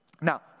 Now